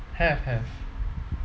have have